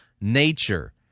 nature